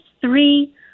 three